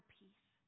peace